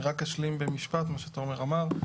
אני רק אשלים במשפט מה שתומר אמר,